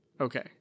Okay